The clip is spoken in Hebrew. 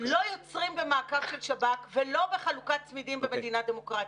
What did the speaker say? לא יוצרים במעקב של שב"כ ולא בחלוקת צמידים במדינת דמוקרטית.